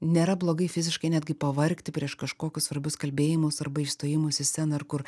nėra blogai fiziškai netgi pavargti prieš kažkokius svarbius kalbėjimus arba išstojimus į sceną ar kur